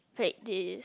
fake this